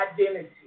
identity